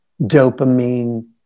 dopamine